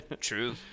True